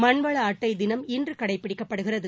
மண்வள அட்டை தினம் இன்று கடைப்பிடிக்கப்படுகிறது